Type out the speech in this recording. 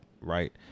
right